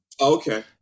Okay